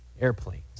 airplanes